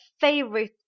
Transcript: favorite